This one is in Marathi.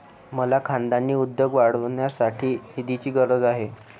मला खानदानी उद्योग वाढवण्यासाठी निधीची गरज आहे